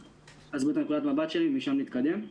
אסביר את נקודת המבט שלי ומשם נתקדם.